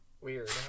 weird